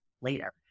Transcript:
later